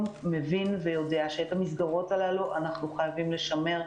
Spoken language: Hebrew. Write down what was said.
מבין ויודע שאת המסגרות הללו אנחנו חייבים לשמר,